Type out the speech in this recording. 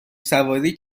سواری